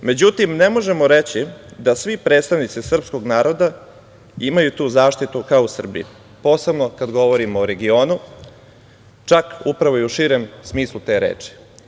Međutim, ne možemo reći da svi predstavnici srpskog naroda imaju tu zaštitu kao u Srbiji, posebno kada govorimo o regionu, čak upravo i u širem smislu te reči.